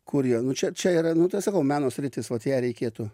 kur jie čia čia yra nu sakau meno sritis vat ją reikėtų